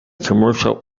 commercial